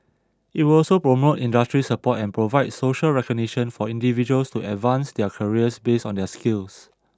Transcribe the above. it will also promote industry support and provide social recognition for individuals to advance their careers based on their skills